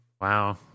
Wow